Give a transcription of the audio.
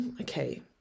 okay